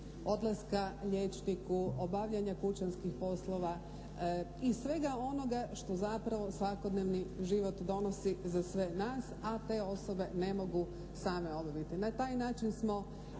odlaska liječniku, obavljanja kućanskih poslova i svega onoga što zapravo svakodnevni život donosi za sve nas, a te osobe ne mogu same obaviti. Na taj način smo